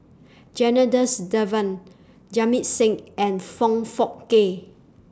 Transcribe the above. Janadas Devan Jamit Singh and Foong Fook Kay